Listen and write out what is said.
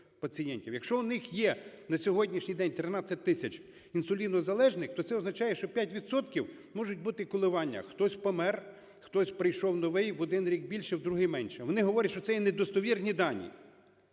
Якщо у них є на сьогоднішній день 13 тисяч інсулінозалежних, то це означає, що 5 відсотків можуть бути коливання. Хтось помер, хтось прийшов новий, в один рік більше, в другий менше. Вони говорять, що це є недостовірні дані.